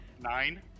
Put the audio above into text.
Nine